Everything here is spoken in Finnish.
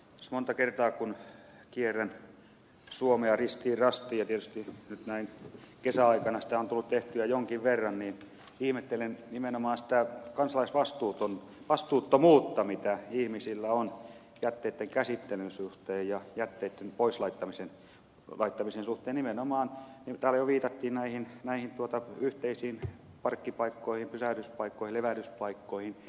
tässä monta kertaa kun kierrän suomea ristiin rastiin ja tietysti nyt näin kesäaikana sitä on tullut tehtyä jonkin verran ihmettelen nimenomaan sitä kansalaisvastuuttomuutta mitä ihmisillä on jätteitten käsittelyn suhteen ja jätteitten pois laittamisen suhteen nimenomaan niin kuin täällä jo viitattiin näihin yhteisiin parkkipaikkoihin pysähdyspaikkoihin levähdyspaikkoihin